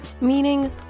Meaning